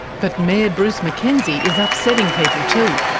but mayor bruce mackenzie is upsetting people too.